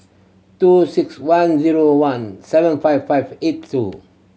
two six one zero one seven five five eight two